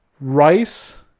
Rice